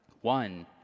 One